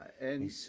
and-